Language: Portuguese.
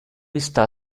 está